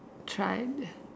trunk